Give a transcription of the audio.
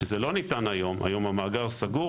שזה לא ניתן היום היום המאגר סגור